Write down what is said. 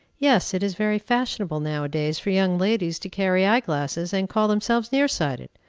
yes, it is very fashionable now-a-days for young ladies to carry eye-glasses, and call themselves near-sighted!